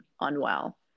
unwell